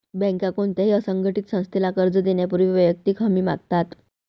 बँका कोणत्याही असंघटित संस्थेला कर्ज देण्यापूर्वी वैयक्तिक हमी मागतात